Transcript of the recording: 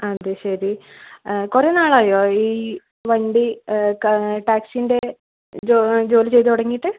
അതു ശരി കുറേ നാളായോ ഈ വണ്ടി ടാക്സീൻ്റെ ജോലി ചെയ്തു തുടങ്ങിയിട്ട്